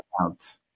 out